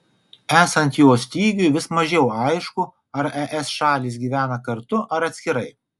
esant jo stygiui vis mažiau aišku ar es šalys gyvena kartu ar atskirai